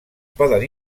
poden